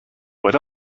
what